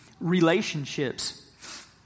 relationships